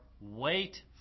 wait